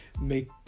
make